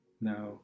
Now